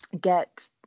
get